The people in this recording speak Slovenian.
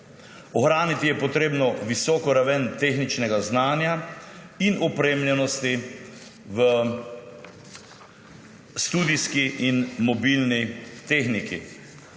Ohraniti je potrebno visoko raven tehničnega znanja in opremljenosti v studijski in mobilni tehniki.